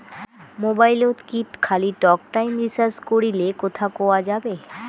মোবাইলত কি খালি টকটাইম রিচার্জ করিলে কথা কয়া যাবে?